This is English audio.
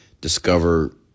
discover